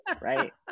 right